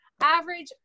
average